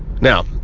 now